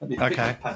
Okay